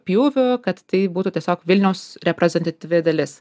pjūvių kad tai būtų tiesiog vilniaus reprezentatyvi dalis